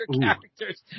characters